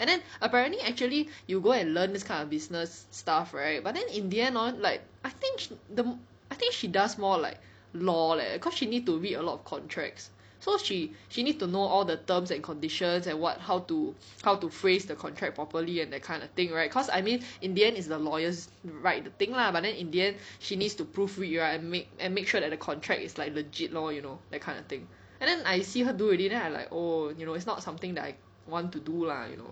and then apparently actually you go and learn this kind of business stuff right but then in the end hor like I think she the I think she does more like law leh cause she need to read a lot of contracts so she she needs to know all the terms and conditions and what how to how to phrase the contract properly and that kind of thing right cause I mean in the end is the lawyers write the thing lah but then in the end she needs to proofread right and make and make sure that the contract is like legit lor you know that kind of thing and then I see her do already then I'm like oh you know it's not something that I want to do lah you know